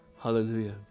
Hallelujah